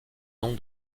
nom